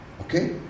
Okay